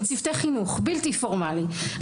צוותי חינוך בלתי פורמליים,